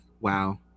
wow